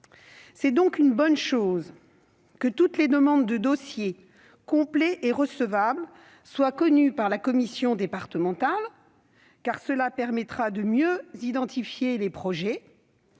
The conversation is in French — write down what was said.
C'est donc une bonne chose que toutes les demandes de dossiers, complets et recevables, soient connues par la commission départementale, car cela permettra de mieux identifier les projets